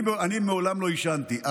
אני מעולם לא עישנתי,